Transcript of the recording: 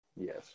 Yes